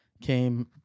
came